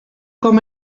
com